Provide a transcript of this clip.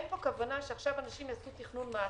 אין פה כוונה שעכשיו אנשים יעשו תכנוני מס.